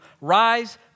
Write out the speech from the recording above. rise